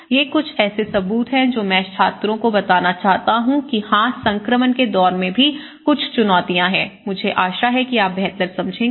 ये कुछ ऐसे सबूत है जो मैं छात्रों को बताना चाहता हूं कि हां संक्रमण के दौर में भी कुछ चुनौतियां हैं मुझे आशा है कि आप बेहतर समझेंगे